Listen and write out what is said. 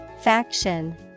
Faction